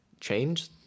Change